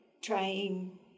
trying